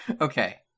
Okay